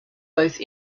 both